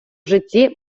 житті